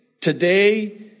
today